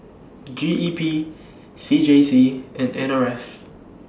G E P C J C and N R F